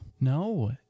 No